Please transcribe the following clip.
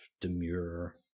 demure